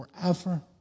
forever